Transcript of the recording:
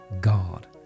God